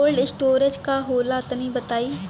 Cold storage का होला तनि बताई?